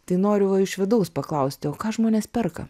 tai noriu va iš vidaus paklausti o ką žmonės perka